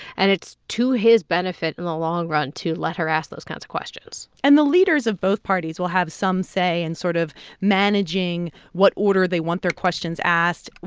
and it's to his benefit in the long run to let her ask those kinds of questions and the leaders of both parties will have some say in sort of managing what order they want their questions asked,